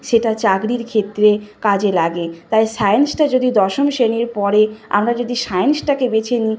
সেটা চাকরির ক্ষেত্রে কাজে লাগে তাই সায়েন্সটা যদি দশম শ্রেণীর পরে আমরা যদি সায়েন্সটাকে বেছে নিই